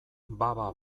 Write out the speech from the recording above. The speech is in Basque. baba